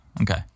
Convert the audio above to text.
Okay